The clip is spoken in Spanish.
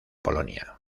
polonia